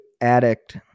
addict